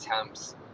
attempts